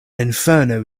inferno